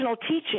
teaching